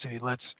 lets